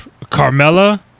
carmella